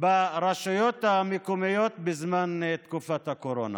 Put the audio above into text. ברשויות המקומיות בתקופת הקורונה?